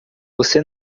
você